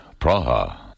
Praha